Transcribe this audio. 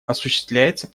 осуществляется